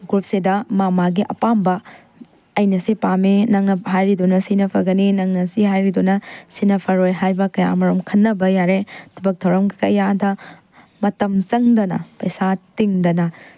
ꯒ꯭ꯔꯨꯞꯁꯤꯗ ꯃꯥ ꯃꯥꯒꯤ ꯑꯄꯥꯝꯕ ꯑꯩꯅ ꯁꯤ ꯄꯥꯝꯃꯦ ꯅꯪꯅ ꯍꯥꯏꯔꯤꯗꯨꯅ ꯁꯤꯅ ꯐꯒꯅꯤ ꯅꯪꯅ ꯁꯤ ꯍꯥꯏꯔꯤꯗꯨꯅ ꯁꯤꯅ ꯐꯔꯣꯏ ꯍꯥꯏꯕ ꯀꯌꯥ ꯑꯃꯔꯣꯝ ꯈꯟꯅꯕ ꯌꯥꯔꯦ ꯊꯕꯛ ꯊꯧꯔꯝ ꯀꯌꯥꯗ ꯃꯇꯝ ꯆꯪꯗꯅ ꯄꯩꯁꯥ ꯇꯤꯡꯗꯅ